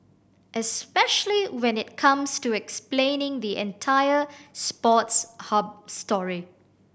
especially when it comes to explaining the entire Sports Hub story